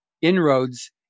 inroads